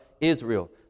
Israel